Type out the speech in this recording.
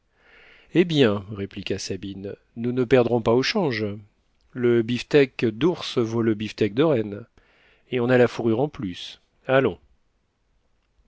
eh bien répliqua sabine nous ne perdrons pas au change le beefsteak d'ours vaut le beefsteak de renne et on a la fourrure en plus allons